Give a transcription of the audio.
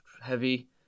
Heavy